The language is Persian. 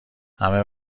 همه